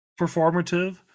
performative